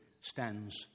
stands